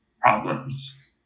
problems